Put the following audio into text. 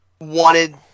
wanted